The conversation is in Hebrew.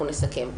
ואנחנו נסכם.